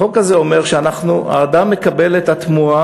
החוק הזה אומר שהאדם מקבל את התמורה,